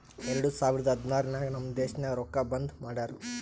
ಎರಡು ಸಾವಿರದ ಹದ್ನಾರ್ ನಾಗ್ ನಮ್ ದೇಶನಾಗ್ ರೊಕ್ಕಾ ಬಂದ್ ಮಾಡಿರೂ